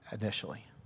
initially